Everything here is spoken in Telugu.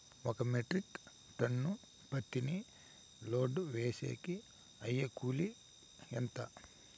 ఒక మెట్రిక్ టన్ను పత్తిని లోడు వేసేకి అయ్యే కూలి ఎంత?